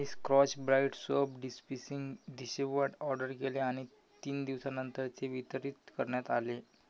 मी Scotch Brite soap dispensing dishwand order केले आणि तीन दिवसांनंतर ते वितरित करण्यात आले